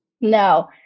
No